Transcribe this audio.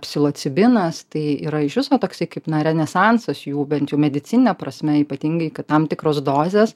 psilocibinas tai yra iš viso toksai kaip na renesansas jų bent jau medicinine prasme ypatingai kad tam tikros dozės